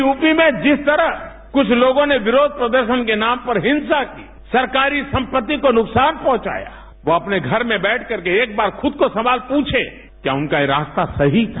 UP में जिस तरह कुछ लोगों ने विरोध प्रदर्शन के नाम पर हिंसा की सरकारी संपति को नुकसान पहंचाया वो अपने घर में बैठकर करके एक बार खूद को सवाल पुछे कि क्या यह उनका यह रास्ता सही था